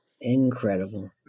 Incredible